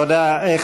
היא לא תחליט לתמוך.